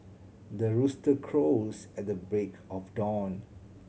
the rooster crows at the break of dawn